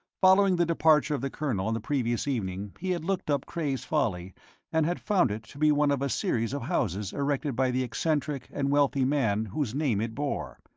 following the departure of the colonel on the previous evening, he had looked up cray's folly and had found it to be one of a series of houses erected by the eccentric and wealthy man whose name it bore.